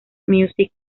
music